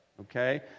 okay